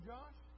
Josh